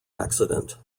accident